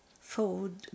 food